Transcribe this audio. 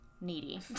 Needy